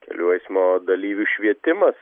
kelių eismo dalyvių švietimas